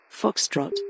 Foxtrot